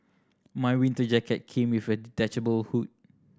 my winter jacket came with a detachable hood